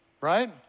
Right